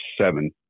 seven